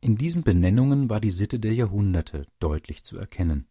in diesen benennungen war die sitte der jahrhunderte deutlich zu erkennen